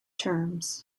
terms